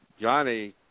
Johnny